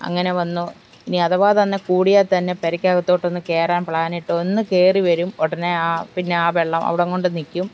അങ്ങനെ വന്നു ഇനി അഥവാ തന്നെ കൂടിയാൽ തന്നെ പുരയ്ക്കകത്തോട്ടൊന്നും കയറാൻ പ്ലാനിട്ട് ഒന്നു കയറി വരും ഉടനെ ആ പിന്നെ ആ വെള്ളം അവിടം കൊണ്ടു നിൽക്കും